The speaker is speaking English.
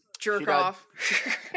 jerk-off